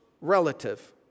relative